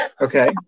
Okay